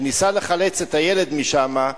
שניסה לחלץ את הילד משם,